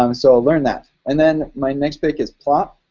um so learn that. and then my next pick is plop.